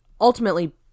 ultimately